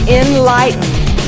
enlightened